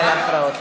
בגלל ההפרעות.